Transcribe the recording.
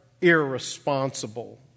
irresponsible